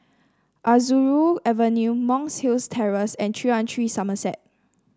Aroozoo Avenue Monk's Hill Terrace and three one three Somerset